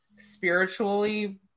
spiritually